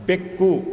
ಬೆಕ್ಕು